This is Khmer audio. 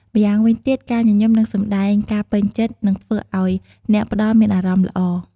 ម្យ៉ាងវិញទៀត ការញញឹម និងសម្ដែងការពេញចិត្ត នឹងធ្វើឲ្យអ្នកផ្ដល់មានអារម្មណ៍ល្អ។